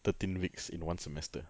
thirteen weeks in one semester